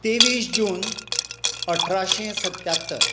तेविस जून अठराशें सत्यात्तर